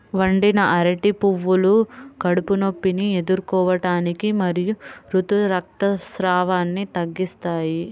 వండిన అరటి పువ్వులు కడుపు నొప్పిని ఎదుర్కోవటానికి మరియు ఋతు రక్తస్రావాన్ని తగ్గిస్తాయి